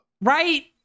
Right